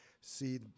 see